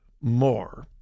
more